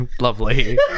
Lovely